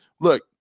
look